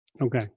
Okay